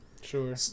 Sure